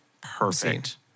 perfect